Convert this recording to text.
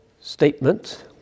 statement